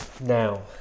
Now